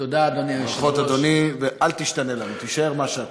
ברכות, אדוני, ואל תשתנה לנו, תישאר מה שאתה.